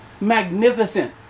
magnificent